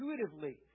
intuitively